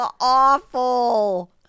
awful